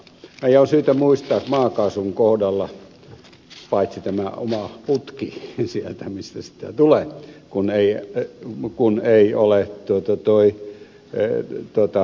meidän on syytä muistaa että maakaasun kohdalla paitsi tämä oma putki sieltä mistä sitä tulee kun ei ole tuotanto ei enää tuota